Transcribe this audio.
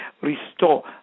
Restore